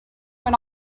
went